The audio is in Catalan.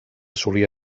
solia